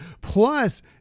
plus